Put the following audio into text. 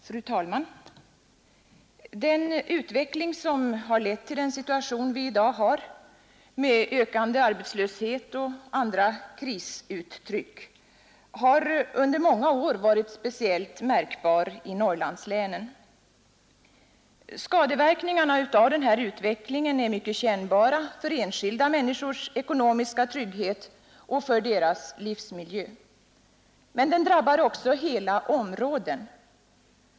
Fru talman! Den utveckling som har lett till den situation vi i dag har, med ökande arbetslöshet och andra krisuttryck, har under många år varit speciellt märkbar i Norrlandslänen, Skadeverkningarna av denna utveckling är mycket kännbara för enskilda människors ekonomiska trygghet och för deras livsmiljö, Men de drabbar också hela områden.